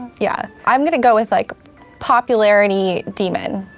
yeah. i'm gonna go with like popularity demon.